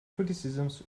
criticisms